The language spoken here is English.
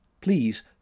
Please